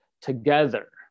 together